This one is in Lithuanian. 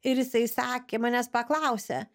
ir jisai sakė manęs paklausė